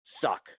suck